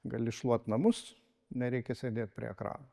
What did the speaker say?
gali šluot namus nereikia sėdėti prie ekrano